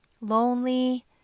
lonely